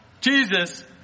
Jesus